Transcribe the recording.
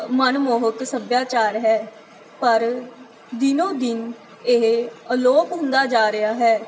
ਮਨਮੋਹਕ ਸਭਿਆਚਾਰ ਹੈ ਪਰ ਦਿਨੋ ਦਿਨ ਇਹ ਅਲੋਪ ਹੁੰਦਾ ਜਾ ਰਿਹਾ ਹੈ